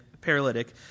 paralytic